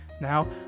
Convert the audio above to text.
Now